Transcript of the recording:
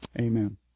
Amen